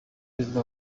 perezida